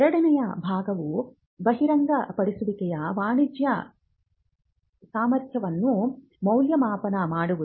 ಎರಡನೆಯ ಭಾಗವು ಬಹಿರಂಗಪಡಿಸುವಿಕೆಯ ವಾಣಿಜ್ಯ ಸಾಮರ್ಥ್ಯವನ್ನು ಮೌಲ್ಯಮಾಪನ ಮಾಡುವುದು